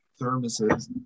thermoses